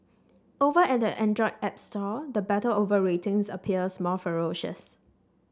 over at the Android app store the battle over ratings appears more ferocious